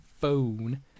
phone